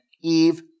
Eve